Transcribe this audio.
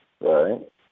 Right